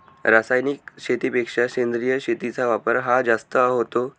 रासायनिक शेतीपेक्षा सेंद्रिय शेतीचा वापर हा जास्त होतो